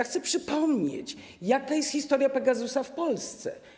Chcę przypomnieć, jaka jest historia Pegasusa w Polsce.